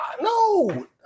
no